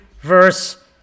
verse